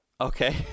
Okay